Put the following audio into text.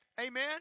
Amen